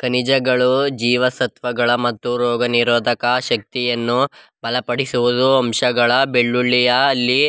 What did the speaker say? ಖನಿಜಗಳು ಜೀವಸತ್ವಗಳು ಮತ್ತು ರೋಗನಿರೋಧಕ ಶಕ್ತಿಯನ್ನು ಬಲಪಡಿಸುವ ಅಂಶಗಳು ಬೆಳ್ಳುಳ್ಳಿಯಲ್ಲಿ